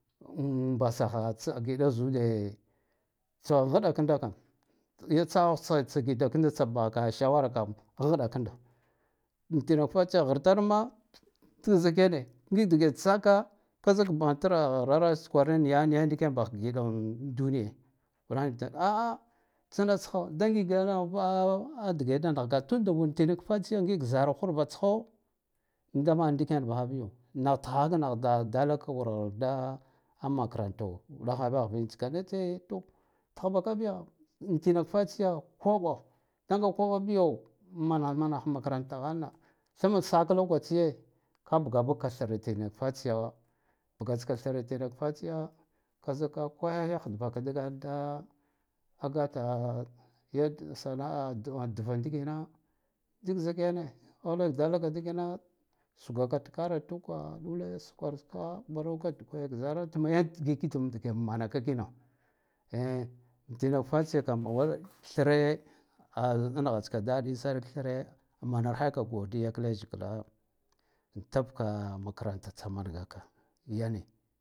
Am basaha tsagiɗas ude to ghɗa kanda kam yi tsaghwara tsa tsa giddakanda tsa baka shawara kam ghɗakanda in tenak tatsiya ghrtarma dik zikene ngik dge tsaka ka zik matra ghrar tskwaran niya ndiken ndiken bakha giɗan duniye uɗaha nivitar a'a tsnatsgho dangige lava a dge da naghga tunda wur tinak fatsiyo da gik zaratsho ndaman ndiken bahabiyo nakh tkhakhak na ‘da-dalak wurda a makaranto uɗaghe bakhvintska naceto tkhbakabiyo intinak fatsiyo kobo da nga koɓabiyo manakh manakh makaranta ghalna tammak sak lokaciye ka babakka thra tenaka fatsiyo bgatska thra renak fatsiya ka zika kwaya yakh bako dgal da a gata ye sana'a “d-dva” ndikena dink zikene uɗa dalaka dekene suggaka tkara tuka ɗule sulkwarska ɓaroka dikgwaya ka zaraz tama yank digigitan manaka kina eh tenak tafarya kam wur thre a naghtska daɗi sark thre a manarheka godiya ka leshgla an tibka makaranta tsamangaka yane.